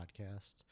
podcast